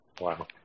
Wow